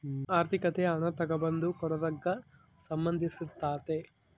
ಆರ್ಥಿಕತೆ ಹಣ ತಗಂಬದು ಕೊಡದಕ್ಕ ಸಂದಂಧಿಸಿರ್ತಾತೆ